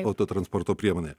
autotransporto priemonė